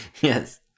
Yes